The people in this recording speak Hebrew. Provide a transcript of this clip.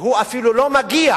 והוא אפילו לא מגיע